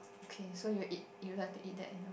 okay so you eat you like to eat that